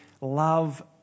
love